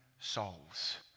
souls